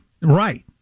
Right